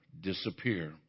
disappear